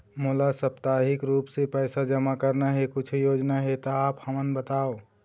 मोला साप्ताहिक रूप से पैसा जमा करना हे, कुछू योजना हे त आप हमन बताव?